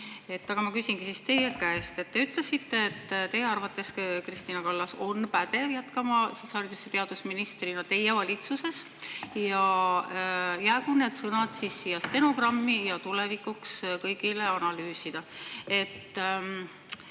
Ma küsingi teie käest. Te ütlesite, et teie arvates Kristina Kallas on pädev jätkama haridus- ja teadusministrina teie valitsuses, ja jäägu need sõnad siis siia stenogrammi ja tulevikuks kõigile analüüsida.